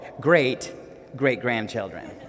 great-great-grandchildren